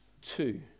two